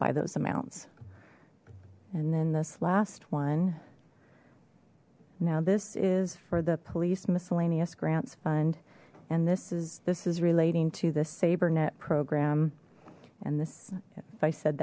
by those amounts and then this last one now this is for the police miscellaneous grants fund and this is this is relating to the saber net program and this if i said